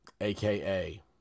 aka